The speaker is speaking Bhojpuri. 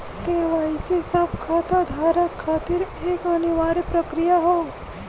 के.वाई.सी सब खाता धारक खातिर एक अनिवार्य प्रक्रिया हौ